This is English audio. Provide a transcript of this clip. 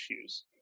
issues